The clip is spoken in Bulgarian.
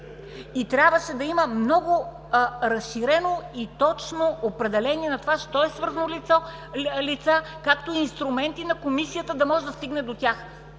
и трябваше да има много разширено и точно определение на това що е „свързано лице“, както и инструменти на Комисията, за да може да стигне до тях.